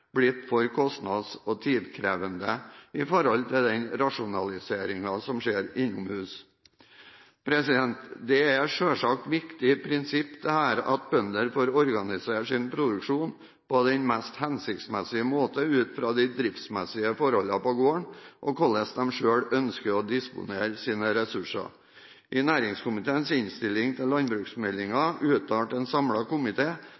blitt for kostnads- og tidskrevende i forhold til den rasjonaliseringen som skjer innomhus. Det er et selvsagt og viktig prinsipp at bønder får organisere sin produksjon på den mest hensiktsmessige måten ut fra de driftsmessige forholdene på gården og hvordan de selv ønsker å disponere sine ressurser. I næringskomiteens innstilling til landbruksmeldingen uttalte en samlet komite